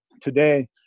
today